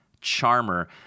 Charmer